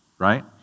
right